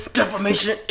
defamation